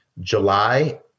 July